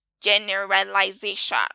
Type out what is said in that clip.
generalization